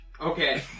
Okay